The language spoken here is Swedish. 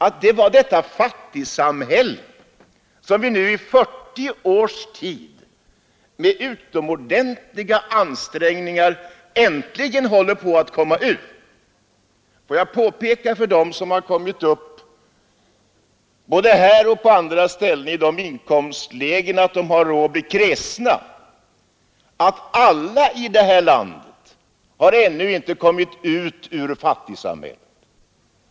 Vi ser däremot att vi nu efter 40 år av utomordentliga ansträngningar äntligen håller på att komma ur det gamla fattigsamhället. Får jag påpeka för dem — både här och på andra ställen — som har kommit upp i sådana inkomstlägen att de har råd att bli kräsna, att alla i vårt land ännu inte har kommit ut ur fattigsamhället.